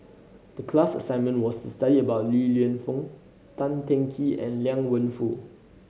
the class assignment was to study about Li Lienfung Tan Teng Kee and Liang Wenfu